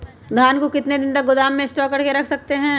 धान को कितने दिन को गोदाम में स्टॉक करके रख सकते हैँ?